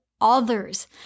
others